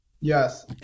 Yes